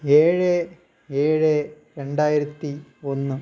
ഏഴ് ഏഴ് രണ്ടായിരത്തി ഒന്ന്